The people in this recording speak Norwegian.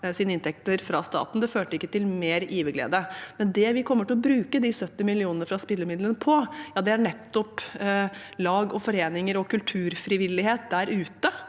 sine inntekter fra staten. Det førte ikke til mer giverglede. Det vi kommer til å bruke de 70 millionene fra spillemidlene på, er nettopp lag, foreninger og kulturfrivillighet der ute,